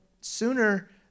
sooner